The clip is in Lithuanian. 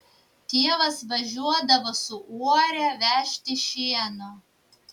tėvas važiuodavo su uore vežti šieno